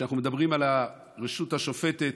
כשאנחנו מדברים על הרשות השופטת,